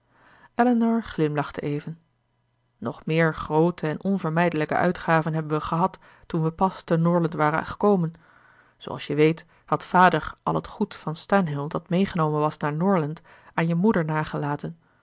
elinor glimlachte even nog meer groote en onvermijdelijke uitgaven hebben we gehad toen we pas te norland waren gekomen zooals je weet had vader al het goed van stanhill dat meegenomen was naar norland aan je moeder nagelaten